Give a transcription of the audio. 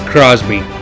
Crosby